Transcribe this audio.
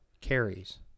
carries